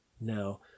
Now